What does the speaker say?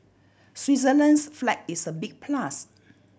Switzerland's flag is a big plus